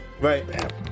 Right